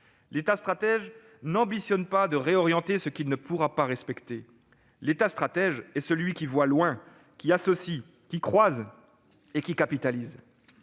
l'État stratège n'ambitionne pas de réorienter ce qu'il ne pourra pas respecter. L'État stratège est celui qui voit loin, qui associe, qui croise et qui capitalise.